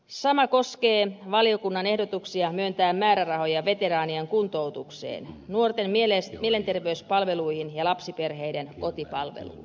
sama koskee valiokunnan ehdotuksia myöntää määrärahoja veteraanien kuntoutukseen nuorten mielenterveyspalveluihin ja lapsiperheiden kotipalveluun